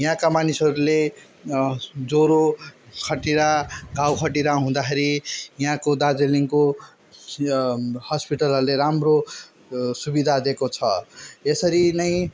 यहाँका मानिसहरूले ज्वरो खटिरा घाउ खटिरा हुँदाखेरि यहाँको दार्जिलिङको हस्पिटलहरूले राम्रो सुविधा दिएको छ यसरी नै